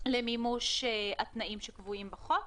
למימוש התנאים שקבועים בחוק.